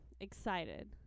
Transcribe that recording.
excited